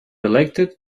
elected